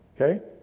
okay